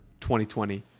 2020